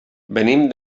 venim